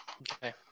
Okay